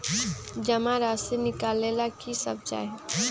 जमा राशि नकालेला कि सब चाहि?